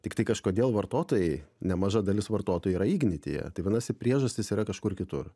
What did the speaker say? tiktai kažkodėl vartotojai nemaža dalis vartotojų yra ignityje tai vadinasi priežastys yra kažkur kitur